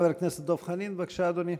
חבר הכנסת דב חנין, בבקשה, אדוני.